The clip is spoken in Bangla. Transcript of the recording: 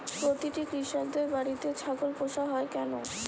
প্রতিটি কৃষকদের বাড়িতে ছাগল পোষা হয় কেন?